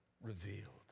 revealed